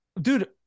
Dude